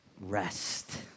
rest